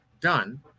done